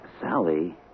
Sally